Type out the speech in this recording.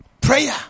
Prayer